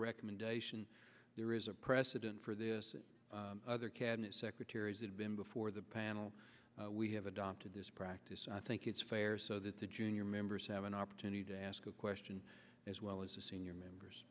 recommendation there is a precedent for this other cabinet secretaries had been before the panel we have adopted this practice and i think it's fair so that the junior members have an opportunity to ask a question as well as the senior members